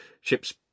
ships